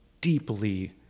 deeply